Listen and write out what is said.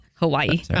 Hawaii